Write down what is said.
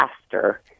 faster